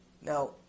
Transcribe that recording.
Now